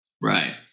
Right